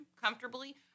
comfortably